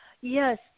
yes